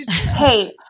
Hey